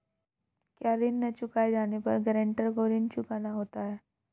क्या ऋण न चुकाए जाने पर गरेंटर को ऋण चुकाना होता है?